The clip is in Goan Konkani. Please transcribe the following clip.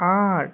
आठ